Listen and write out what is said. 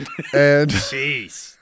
Jeez